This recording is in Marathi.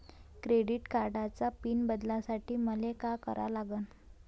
क्रेडिट कार्डाचा पिन बदलासाठी मले का करा लागन?